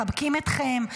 מחבקים אתכם,